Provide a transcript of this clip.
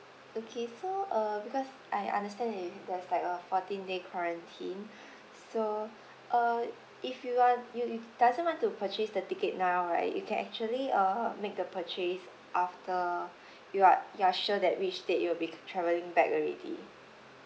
okay so uh because I understand there is there's like a fourteen day quarantine so uh if you are you you doesn't want to purchase the ticket now right you can actually uh make the purchase after you are you are sure that which date you'll be travelling back already